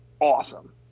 awesome